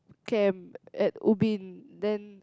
camp at Ubin then